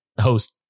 host